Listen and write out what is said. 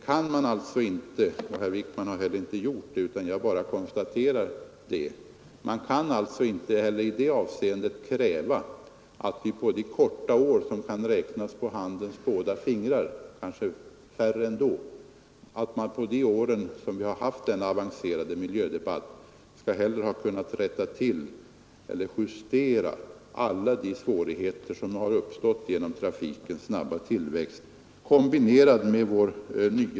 Man kan alltså inte kräva — och herr Wijkman har inte heller gjort det, utan jag bara konstaterar — att vi på de fåtal år då vi haft denna miljödebatt skall ha kunnat rätta till eller justera de svårigheter som har uppstått genom trafikens snabba tillväxt.